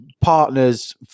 partners